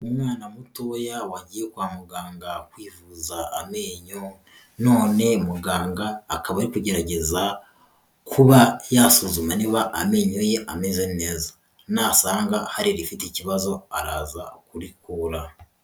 Umwana mutoya wagiye kwa muganga kwivuza amenyo none muganga akaba ari kugerageza kuba yasuzuma niba amenyo ye ameze neza, nasanga hari irifite ikibazo araza kurikura.